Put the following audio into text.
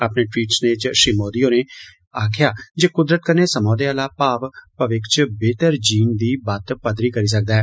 अपने ट्वीट स्नेह् च श्री मोदी होरें आखेया जे कुदरत कन्नै समोधै आला भाव भविक्ख च बेहतर जीन दी बत्त पद्री करी सकदा ऐ